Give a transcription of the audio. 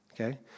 okay